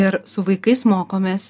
ir su vaikais mokomės